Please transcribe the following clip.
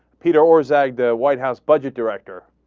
peter or zag their white house budget director